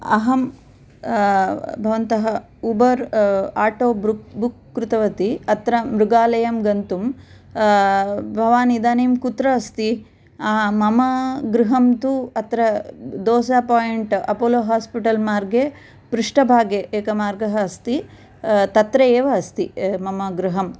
अहं भवन्तः Uber auto book book कृतवती अत्र मृगालयं गन्तुं भवान् इदानीं कुत्र अस्ति मम गृहं तु अत्र दोसा पाय्न्ट् अपोलो होस्पिटल् मार्गे पृष्ठभागे एक मार्गः अस्ति तत्र एव अस्ति मम गृहम्